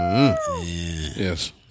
Yes